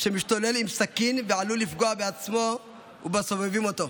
שמשתולל עם סכין ועלול לפגוע בעצמו ובסובבים אותו.